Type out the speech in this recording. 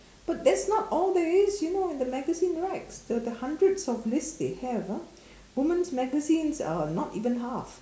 but that's not all there is you know in the magazine racks there are hundreds of list they have ah women's magazines are not even half